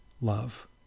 love